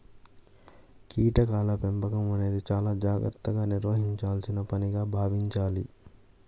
కీటకాల పెంపకం అనేది చాలా జాగర్తగా నిర్వహించాల్సిన పనిగా భావించాలి